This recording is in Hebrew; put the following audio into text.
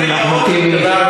אחמד טיבי.